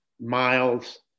Miles